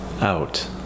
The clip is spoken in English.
out